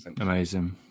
Amazing